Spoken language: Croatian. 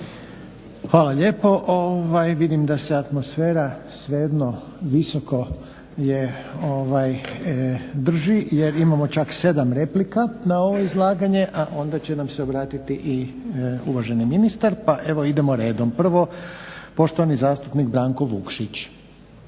Hvala lijepo. Vidim da se atmosfera svejedno visoko je drži jer imamo čak 7 replika na ovo izlaganje, a onda će nam se obratiti i uvaženi ministar. Pa evo idemo redom. Prvo poštovani zastupnik Branko Vukšić.